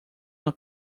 uma